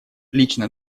лично